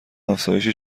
افزایشی